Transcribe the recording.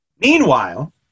Meanwhile